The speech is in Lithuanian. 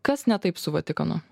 kas ne taip su vatikanu